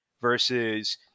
versus